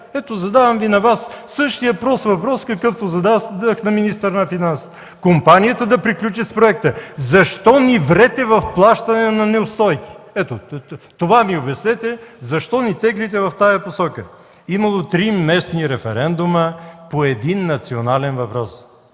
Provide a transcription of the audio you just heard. Ето, задавам на Вас същия прост въпрос, какъвто зададох на министъра на финансите: компанията да приключи с проекта, защо ни врете в плащане на неустойки? Ето, това ми обяснете – защо ни теглите в тази посока? Имало три местни референдума по един национален въпрос.